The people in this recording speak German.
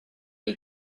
die